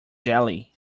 jelly